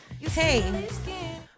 Hey